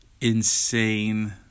insane